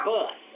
Bus